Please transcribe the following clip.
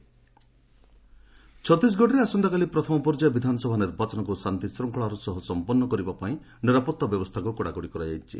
Chhattisgarh polling ଛତିଶଗଡ଼ରେ ଆସନ୍ତାକାଲି ପ୍ରଥମ ପର୍ଯ୍ୟାୟ ବିଧାନସଭା ନିର୍ବାଚନକୁ ଶାନ୍ତି ଶୃଙ୍ଖଳାର ସହ ସମ୍ପନ୍ନ କରିବାପାଇଁ ନିରାପତ୍ତା ବ୍ୟବସ୍ଥାକୁ କଡ଼ାକଡ଼ି କରାଯାଇଛି